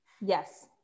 Yes